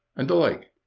and the like.